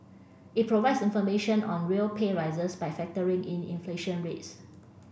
it provides information on real pay rises by factoring in inflation rates